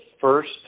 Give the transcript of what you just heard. first